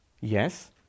Yes